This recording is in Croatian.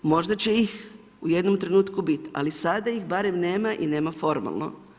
Možda će ih u jednom trenutku biti, ali sada ih barem nema i nema formalno.